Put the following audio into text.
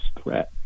threat